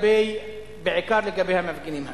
בעיקר לגבי המפגינים האלה.